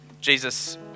Jesus